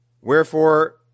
Wherefore